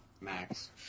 Max